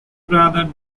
brother